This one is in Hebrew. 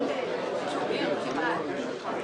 מתכבד לפתוח את ישיבת ועדת הכספים.